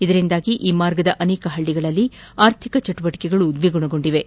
ಇದರಿಂದಾಗಿ ಈ ಮಾರ್ಗದ ಅನೇಕ ಪಳ್ಳಿಗಳಲ್ಲಿ ಆರ್ಥಿಕ ಚಟುವಟಿಕೆಗಳು ದ್ವಿಗುಣಗೊಂಡಿವೆ